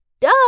duh